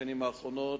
בשנים האחרונות.